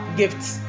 gifts